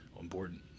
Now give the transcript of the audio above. important